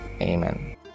Amen